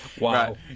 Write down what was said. wow